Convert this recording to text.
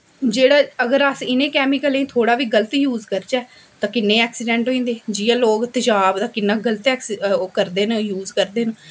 जेह्ड़ा अगर अस इ'नें कैमिकलें गी अस थोह्ड़ा गै गल्त यूज करचै ते किन्ने ऐक्सिडैंट होई जंदे जियां लोग तेज़ाव दा किन्ना गल्त इस्ते ओह् यूज करदे न